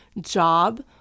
job